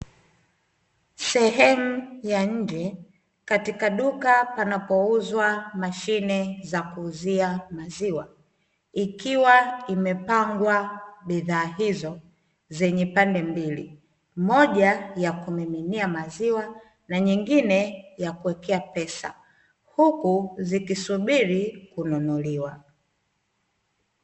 Sehemu ya nje katika duka panapouzwa mashine za kuuzia maziwa ikiwa imepangwa bidhaa hizo zenye pande mbili. Moja ya kumiminia maziwa na nyingine ya kuwekea pesa, huku zikisubiri kununuliwa.